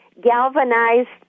galvanized